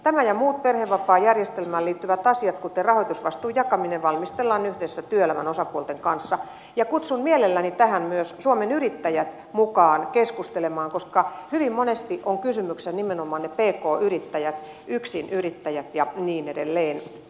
tämä ja muut perhevapaajärjestelmään liittyvät asiat kuten rahoitusvastuun jakaminen valmistellaan yhdessä työelämän osapuolten kanssa ja kutsun mielelläni myös suomen yrittäjät mukaan keskustelemaan koska hyvin monesti ovat kysymyksessä nimenomaan ne pk yrittäjät yksinyrittäjät ja niin edelleen